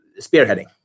spearheading